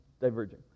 diverging